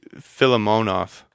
Filimonov